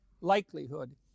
likelihood